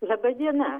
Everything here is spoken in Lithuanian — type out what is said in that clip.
laba diena